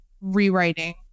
rewriting